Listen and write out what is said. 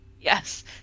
Yes